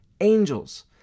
angels